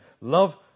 Love